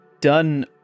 done